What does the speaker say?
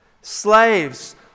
Slaves